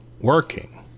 working